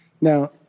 Now